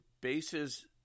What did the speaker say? bases